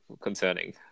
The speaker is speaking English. concerning